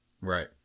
Right